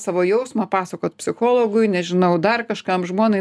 savo jausmą pasakot psichologui nežinau dar kažkam žmonai